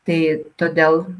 tai todėl